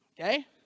okay